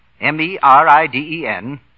M-E-R-I-D-E-N